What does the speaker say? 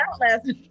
last